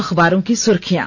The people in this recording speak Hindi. अखबारों की सुर्खियां